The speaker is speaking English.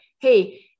Hey